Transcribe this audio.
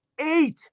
Eight